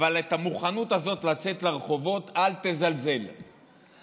אבל המוכנות הזאת לצאת לרחובות, אל תזלזל בה.